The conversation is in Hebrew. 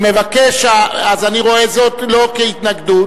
אני רואה זאת לא כהתנגדות,